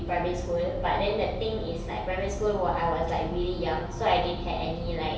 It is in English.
primary school but then the thing is like primary school whi~ I was like really young so I didn't have any like